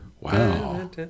Wow